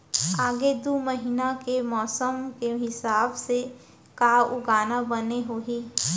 आगे दू महीना के मौसम के हिसाब से का उगाना बने होही?